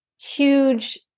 huge